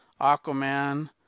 Aquaman